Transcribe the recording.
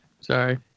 Sorry